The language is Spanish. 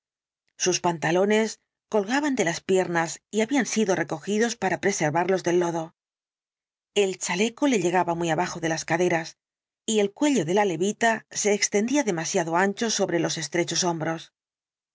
sus pantalones colgaban de las piernas y habían sido recogidos para preservarlos del lodo el chaleco le llegaba muy abajo de las caderas y el cuello de la levita se extendía demasiado ancho sobre los estrechos hombros